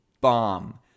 bomb